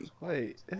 Wait